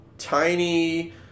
tiny